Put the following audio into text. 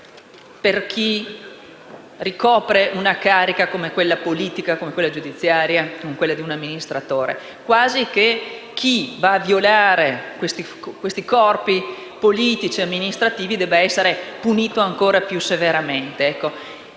per chi riveste una carica come quella politica, giudiziaria o di un amministratore, quasi che chi va a violare questi corpi politici o amministrativi debba essere punito ancora più severamente. Il